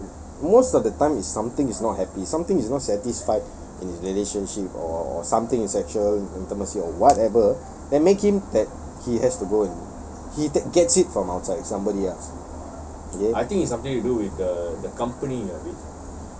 that most of the time is something is not happy something is not satisfied in his relationship or or something is sexual intimacy or whatever that make him that he has to go and he gets it from outside somebody else okay